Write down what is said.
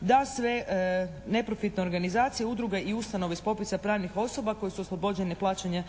da sve neprofitne organizacije, udruge i ustanove iz popisa pravnih osoba koje su oslobođene plaćanja